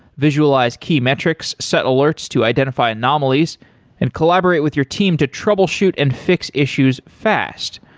visualize key metrics, set alerts to identify anomalies and collaborate with your team to troubleshoot and fix issues fast.